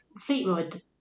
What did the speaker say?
Fleetwood